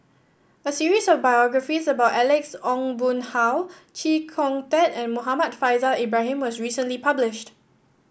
a series of biographies about Alex Ong Boon Hau Chee Kong Tet and Muhammad Faishal Ibrahim was recently published